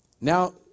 Now